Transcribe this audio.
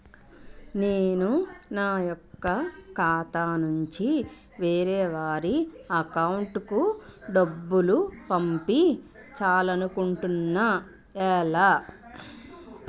నేను నా యెక్క ఖాతా నుంచి వేరే వారి అకౌంట్ కు డబ్బులు పంపించాలనుకుంటున్నా ఎలా?